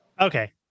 Okay